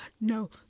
No